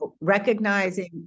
recognizing